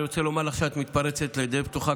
אני רוצה לומר לך שאת מתפרצת לדלת פתוחה,